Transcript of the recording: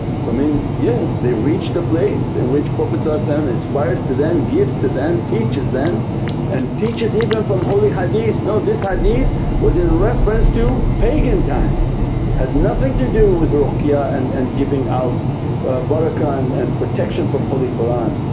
so means yeah they reach the place in which prophet ah so um inspires to them gives to them teaches them and teaches even from holy hadith, no this hadees was in reference to pagan times had nothing to do with ruqya and and giving out barakah and and protection from holy qur'an,